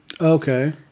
Okay